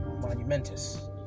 monumentous